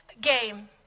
game